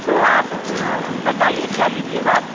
तो आप बताइए क्या लीजिएगा आप